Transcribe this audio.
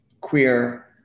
queer